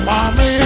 Mommy